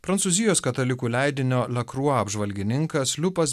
prancūzijos katalikų leidinio lekrua apžvalgininkas liupas